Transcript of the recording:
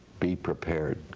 be prepared.